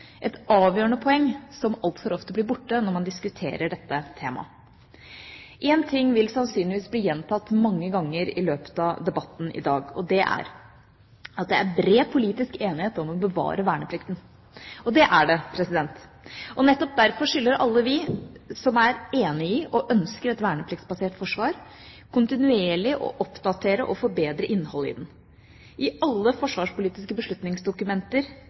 et avgjørende poeng som altfor ofte blir borte når man diskuterer dette temaet. En ting vil sannsynligvis bli gjentatt mange ganger i løpet av debatten i dag, og det er at det er bred politisk enighet om å bevare verneplikten. Og det er det. Nettopp derfor skylder alle vi som er enige i og ønsker et vernepliktsbasert forsvar, kontinuerlig å oppdatere og forbedre innholdet i det. I alle forsvarspolitiske beslutningsdokumenter